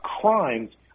crimes